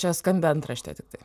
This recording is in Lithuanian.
šią skambią antraštę tiktai